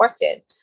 important